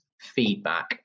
feedback